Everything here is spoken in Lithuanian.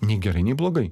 nei gerai nei blogai